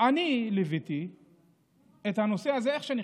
אני ליוויתי את הנושא הזה איך שנכנסתי,